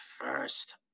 first